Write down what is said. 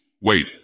Wait